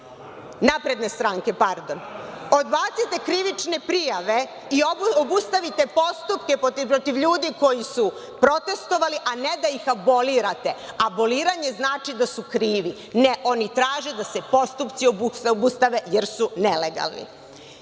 napredne stranke. Odbacite krivične prijave i obustavite postupke protiv ljudi koji su protestvovali, a ne da ih abolirate. Aboliranje znači da su krivi. Ne, oni traže da se postupci obustave, jer su nelegalni. Ono